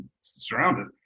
surrounded